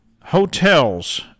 hotels